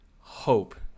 hope